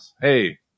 Hey